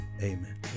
amen